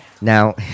Now